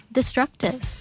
Destructive